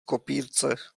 kopírce